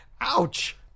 Ouch